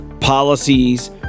policies